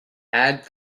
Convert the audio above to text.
add